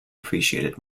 appreciated